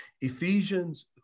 Ephesians